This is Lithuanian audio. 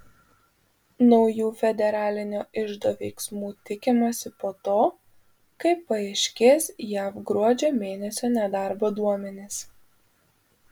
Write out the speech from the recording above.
naujų federalinio iždo veiksmų tikimasi po to kai paaiškės jav gruodžio mėnesio nedarbo duomenys